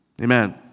Amen